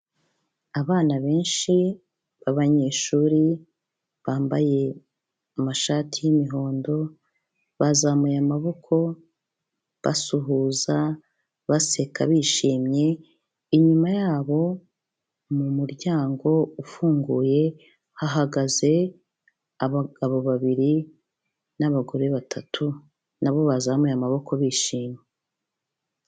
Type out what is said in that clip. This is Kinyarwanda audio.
Abana benshi b'abanyeshuri bambaye amashati y'imihondo, bazamuye amaboko basuhuza baseka bishimye, inyuma yabo mu muryango ufunguye hahagaze abagabo babiri n'abagore batatu na bo bazamuye amaboko bishimye.